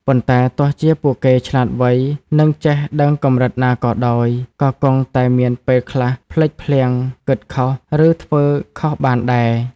ប៉ុន្តែទោះជាពួកគេឆ្លាតវៃ និងចេះដឹងកម្រិតណាក៏ដោយ ក៏គង់តែមានពេលខ្លះភ្លេចភ្លាំង គិតខុស ឬធ្វើខុសបានដែរ។